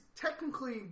technically